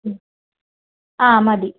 മ് ആ മതി